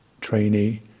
trainee